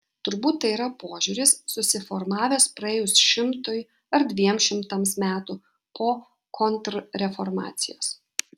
turbūt tai yra požiūris susiformavęs praėjus šimtui ar dviem šimtams metų po kontrreformacijos